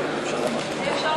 אם אפשר להוסיף,